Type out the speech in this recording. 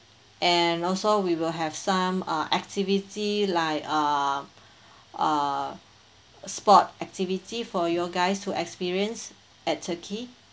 and also we will have some uh activity like uh uh sport activity for you guys to experience at turkey